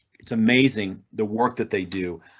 it's amazing the work that they do,